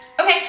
Okay